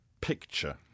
picture